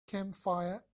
campfire